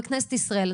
בכנסת ישראל,